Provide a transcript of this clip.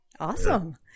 Awesome